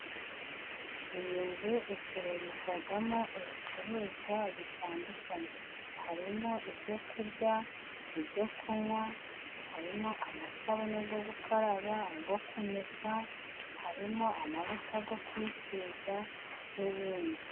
Iyi nzu icururizwamo ibicuruzwa bitandukanye, harimo ibyo kurya ibyo kunwa, harimo amasabune yo gukaraba ayo kumesa harimo amavuta yo kwisiga n'ibindi.